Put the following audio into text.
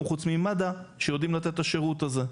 חוץ ממד"א שיודעים לתת את השירות הזה.